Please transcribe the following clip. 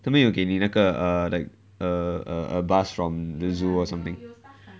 他们有给你那个 err like err a bus from the zoo or something